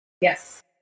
Yes